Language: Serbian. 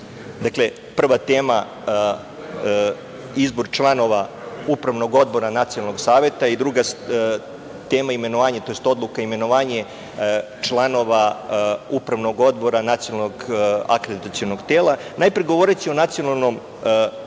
teme. Prva tema je izbor članova Upravnog odbora Nacionalnog saveta i druga tema imenovanje, tj. Odluka o imenovanju članova Upravnog odbora Nacionalnog akreditacionog tela. Najpre, govoreći o Nacionalnom savetu